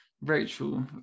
rachel